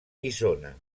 guissona